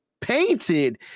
painted